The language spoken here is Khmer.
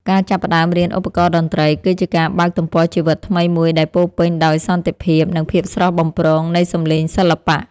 ការចាប់ផ្តើមរៀនឧបករណ៍តន្ត្រីគឺជាការបើកទំព័រជីវិតថ្មីមួយដែលពោរពេញដោយសន្តិភាព និងភាពស្រស់បំព្រងនៃសម្លេងសិល្បៈ។